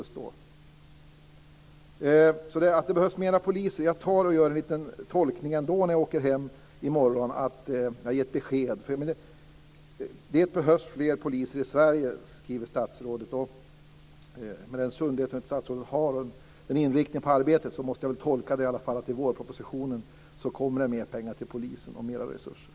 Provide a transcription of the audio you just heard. Statsrådet skriver att det behövs fler poliser i Sverige. Och med den sundhet som statsrådet har och med den inriktning på arbetet som hon har måste jag ändå tolka detta som att man i vårpropositionen kommer att föreslå mer resurser till polisen.